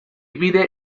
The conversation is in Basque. bide